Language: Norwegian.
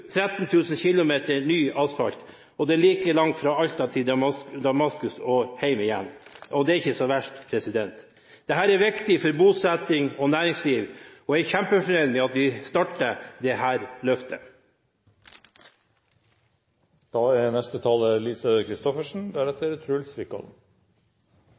000 km ny asfalt. Det er like langt som fra Alta til Damaskus og hjem igjen. Det er ikke så verst. Dette er viktig for bosetting og næringsliv. Jeg er kjempefornøyd med at vi starter dette løftet.